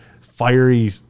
fiery